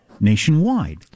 nationwide